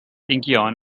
incheon